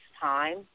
time